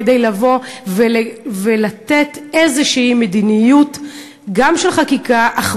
כדי לבוא ולתת איזו מדיניות גם של חקיקה אך